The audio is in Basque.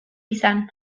izan